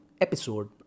episode